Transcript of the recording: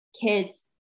kids